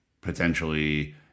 potentially